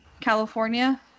California